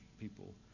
people